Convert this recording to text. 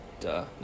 duh